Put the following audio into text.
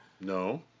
No